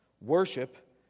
Worship